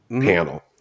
panel